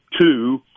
two